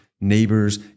neighbors